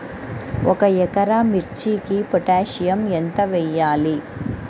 ఒక ఎకరా మిర్చీకి పొటాషియం ఎంత వెయ్యాలి?